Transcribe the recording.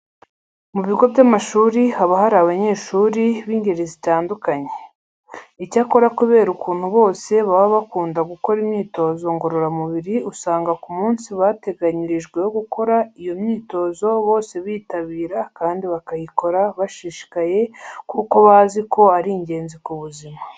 Mu bigo by'amashuri haba hari abanyeshuri b'ingeri zitandukanye. Icyakora kubera ukuntu bose baba bakunda gukora imyitozo ngororamubiri usanga ku munsi bateganyirijwe wo gukora iyo myitozo bose bitabira kandi bakayikora bashishikaye kuko bazi ko ari ingenzi ku buzima.